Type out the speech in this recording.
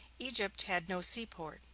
egypt had no sea-port.